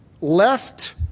left